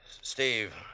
Steve